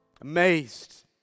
Amazed